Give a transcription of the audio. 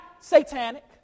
satanic